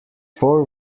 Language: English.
four